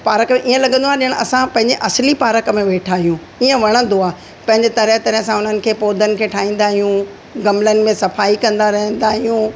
park ईंअ लॻंदो आहे की ॼण असां पंहिंजे असली पार्क मे वेठा आहियूं ईंअ वणंदो आहे पंहिंजे तरह तरह सां उन्हनि खे पौधनि खे ठाहींदा आहियूं गमलनि में सफ़ाई कंदा रहंदा आहियूं